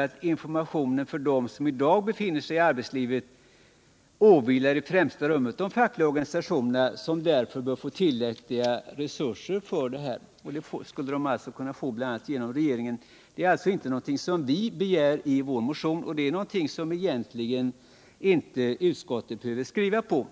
att informationen för dem som i dag befinner sig i arbetslivet i främsta rummet åvilar de fackliga organisationerna, som därför bör få tillräckliga resurser för den. Sådana skulle de kunna få bl.a. genom regeringens försorg. Det är inte något som vi begär i vår motion. Egentligen är det inte heller något som utskottet behöver ta ställning till.